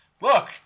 Look